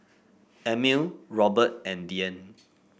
Amil Robert and Dyan